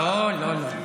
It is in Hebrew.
לא, לא, לא.